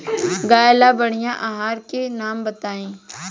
गाय ला बढ़िया आहार के नाम बताई?